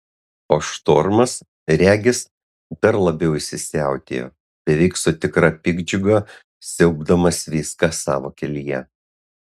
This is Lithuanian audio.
o štormas regis dar labiau įsisiautėjo beveik su tikra piktdžiuga siaubdamas viską savo kelyje